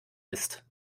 ist